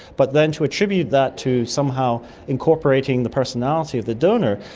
but then to attribute that to somehow incorporating the personality of the donor,